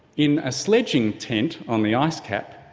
in a sledging tent on the ice cap,